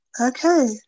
Okay